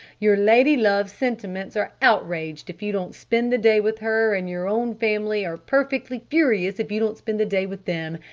your lady-love's sentiments are outraged if you don't spend the day with her and your own family are perfectly furious if you don't spend the day with them.